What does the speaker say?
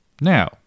Now